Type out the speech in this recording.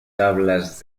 tablas